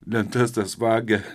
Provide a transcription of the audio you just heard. lentas tas vagia